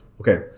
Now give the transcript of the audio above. Okay